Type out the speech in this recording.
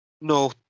No